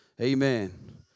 Amen